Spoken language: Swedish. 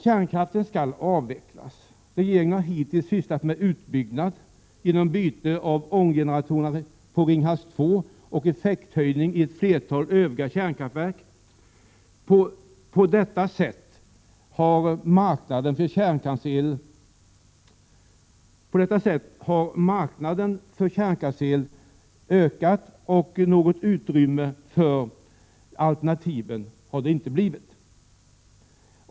Kärnkraften skall avvecklas — regeringen har hittills sysslat med utbyggnad, genom byte av ånggeneratorer på Ringhals 2 och effekthöjning i flertalet övriga kärnkraftverk. På detta sätt har marknaden för kärnkraftsel ökat och något utrymme för alternativen har det inte blivit.